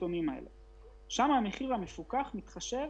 מתחשב